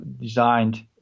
designed